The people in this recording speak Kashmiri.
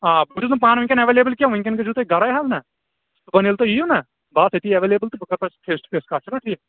آ بہٕ چھُس نہٕ پانہٕ وُنکیٚن ایویلیبٕل کیٚنٛہہ وُنکیٚن گژھِو تُہۍ گرے حظ نا صُبحن ییٚلہِ تُہۍ یِیِو نا بہٕ آسہٕ أتی ایویلیبٕل تہٕ بہٕ کرٕ پَتہٕ فیس ٹُو فیس کتھ چھُنا ٹھیٖک